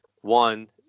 one